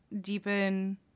deepen